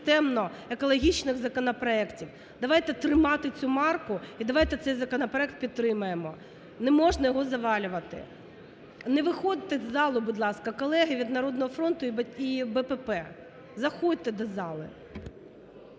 системно екологічних законопроектів. Давайте тримати цю марку і давайте цей законопроект підтримаємо. Не можна його завалювати. Не виходьте з залу, будь ласка, колеги від "Народного фронту" і БПП, заходьте до зали.